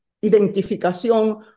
identificación